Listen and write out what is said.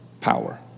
power